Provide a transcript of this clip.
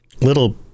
little